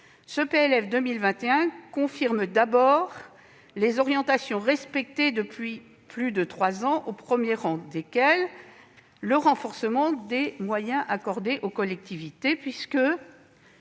Ce PLF 2021 confirme d'abord les orientations respectées depuis plus de trois ans, au premier rang desquelles le renforcement des moyens accordés aux collectivités. L'année